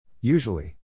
Usually